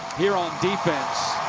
here on defense.